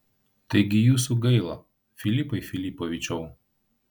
taigi jūsų gaila filipai filipovičiau